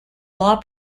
law